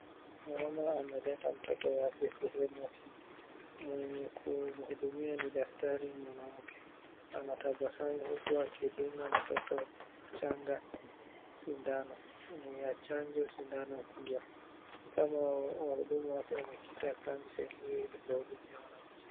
Mama ameleta mtoto wake sehemu hii, mwenye kumhudumia ni daktari mwanamke, anatabasamu huku akidunga mtoto mchanga sindano. Ni ya chanjo sindano hiyo. Ni kama wahudumu wa afya wamekita kambi sehemu hiyo ili kuwahudumia wananchi.